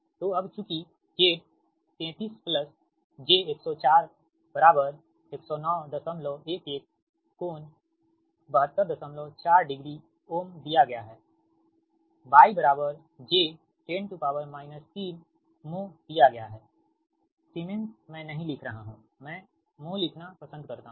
तोअब चूँकि Z 33 j104 10911∟7240 ohm दिया गया है Y j 10 3 मो दिया गया है सीमेंस मैं नहीं लिख रहा हूं मैं मो लिखना पसंद करता हूं